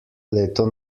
leto